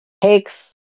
takes